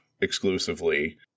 exclusively